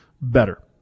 better